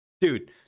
Dude